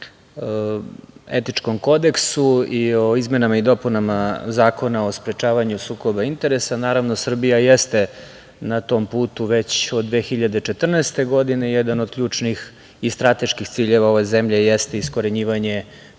o etičkom kodeksu i o izmenama i dopunama Zakona o sprečavanju sukoba interesa. Naravno, Srbija jeste na tom putu već od 2014. godine i jedan od ključnih i strateških ciljeva ove zemlje jeste iskorenjivanje